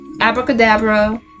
abracadabra